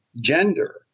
gender